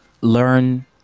learn